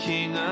King